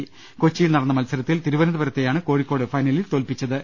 ്കൊച്ചിയിൽ നടന്ന മത്സരത്തിൽ തിരുവനന്തപു രത്തെയാണ് കോഴിക്കോട്ട് ഫൈനലിൽ തോൽപ്പിച്ചത്